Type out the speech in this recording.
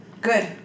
Good